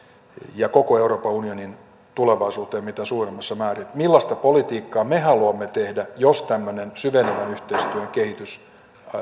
ja koko euroopan unionin tulevaisuuteen mitä suurimmassa määrin millaista politiikkaa me haluamme tehdä jos tämmöinen syvenevän yhteistyön kehitys